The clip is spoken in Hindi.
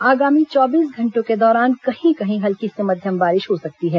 आगामी चौबीस घंटों के दौरान कहीं कहीं हल्की से मध्यम बारिश हो सकती है